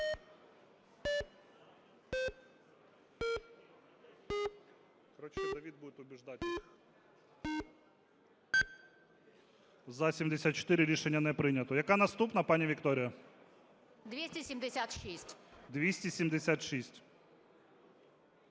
За-74 Рішення не прийнято. Яка наступна, пані Вікторія?